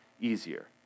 easier